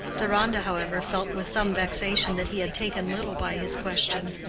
deronda, however, felt with some vexation that he had taken little by his question.